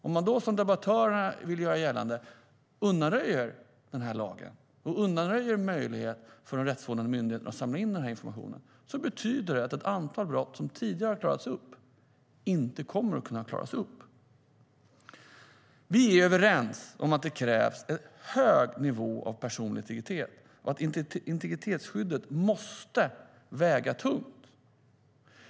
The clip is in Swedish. Om man då, som debattörerna vill göra gällande, undanröjer denna lag och möjligheterna för de rättsvårdande myndigheterna att samla in denna information betyder det att ett antal brott som tidigare har kunnat klaras upp inte kommer att kunna klaras upp. Vi är överens om att det krävs en hög nivå av personlig integritet och att integritetsskyddet måste väga tungt.